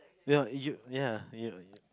you know you ya you